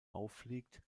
auffliegt